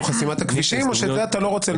חסימת הכבישים או שאת זה אתה לא רוצה?